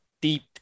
deep